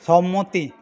সম্মতি